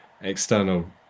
external